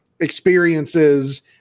experiences